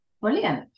Brilliant